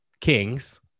kings